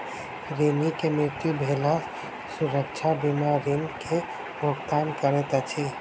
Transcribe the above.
ऋणी के मृत्यु भेला सुरक्षा बीमा ऋण के भुगतान करैत अछि